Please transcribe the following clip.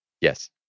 Yes